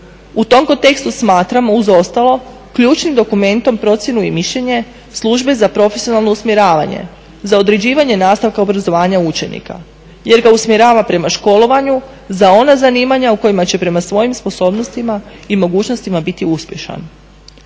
U tom kontekstu smatramo uz ostalo ključnim dokumentom procjenu i mišljenje službe za profesionalno usmjeravanje, za određivanje nastavka obrazovanja učenika jer ga usmjerava prema školovanju za ona zanimanja u kojima će prema svojima sposobnostima i mogućnostima biti uspješan.